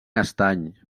estany